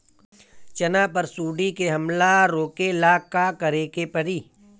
चना पर सुंडी के हमला रोके ला का करे के परी?